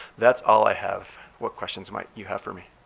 that's all i have. what questions might you have for me?